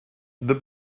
the